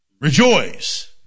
Rejoice